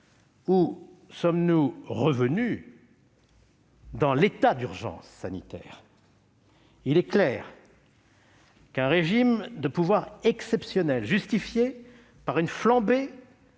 ou sommes-nous revenus dans l'état d'urgence sanitaire lui-même ? Il est clair qu'un régime de pouvoirs exceptionnels justifié par une flambée